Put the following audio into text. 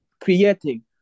creating